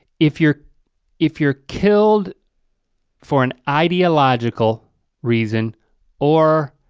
if you're if you're killed for an ideological reason or